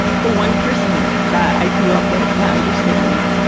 the one person that i grew up with, that understood me,